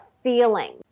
feeling